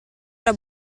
era